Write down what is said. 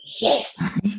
Yes